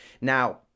Now